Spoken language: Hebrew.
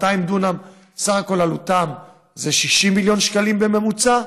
ל-200 דונם סך העלות היא 60 מיליון שקלים בממוצע.